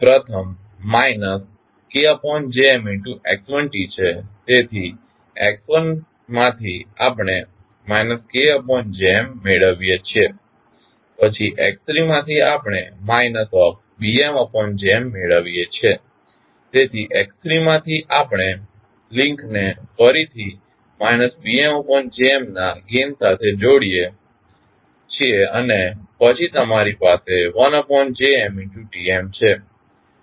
તેથી પ્રથમ KJmx1t છે તેથી x1 માંથી આપણે KJm મેળવીએ છીએ પછી x3 માંથી આપણે BmJm મેળવીએ છીએ તેથી x3માંથી આપણે લિંકને ફરીથી BmJmના ગેઇન સાથે જોડીએ છીએઅને પછી તમારી પાસે 1JmTm છે